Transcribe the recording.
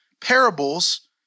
parables